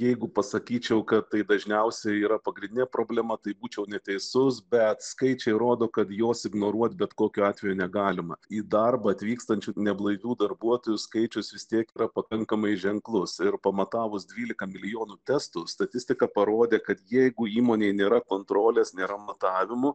jeigu pasakyčiau kad tai dažniausiai yra pagrindinė problema tai būčiau neteisus bet skaičiai rodo kad jos ignoruot bet kokiu atveju negalima į darbą atvykstančių neblaivių darbuotojų skaičius vis tiek yra pakankamai ženklus ir pamatavus dvylika milijonų testų statistika parodė kad jeigu įmonėje nėra kontrolės nėra matavimų